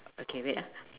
okay wait ah